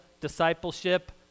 discipleship